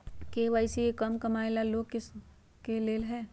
KYC का कम कमाये वाला लोग के लेल है?